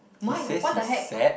he says he's sad